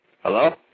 Hello